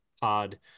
pod